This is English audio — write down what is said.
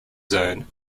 zone